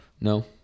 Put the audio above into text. No